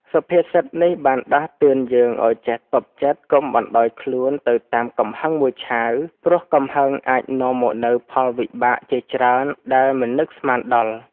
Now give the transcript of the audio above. សុភាសិតនេះបានដាស់តឿនយើងឱ្យចេះទប់ចិត្ត កុំបណ្ដោយខ្លួនទៅតាមកំហឹងមួយឆាវ ព្រោះកំហឹងអាចនាំមកនូវផលវិបាកជាច្រើនដែលមិននឹកស្មានដល់។